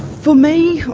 for me,